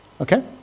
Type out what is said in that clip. Okay